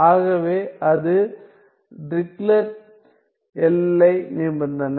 ஆகவே அது டிரிக்லெட் எல்லை நிபந்தனை